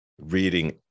reading